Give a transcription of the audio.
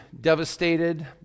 devastated